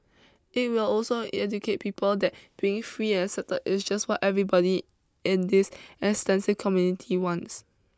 it will also educate people that being free accepted is just what everybody in this extensive community wants